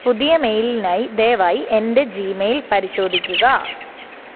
പുതിയ മെയിലിനായി ദയവായി എന്റെ ജി മെയിൽ പരിശോധിക്കുക